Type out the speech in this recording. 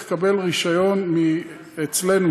צריך לקבל רישיון אצלנו,